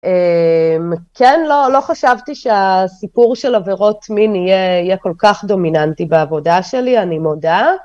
כן, לא חשבתי שהסיפור של עבירות מין יהיה כל כך דומיננטי בעבודה שלי, אני מודה.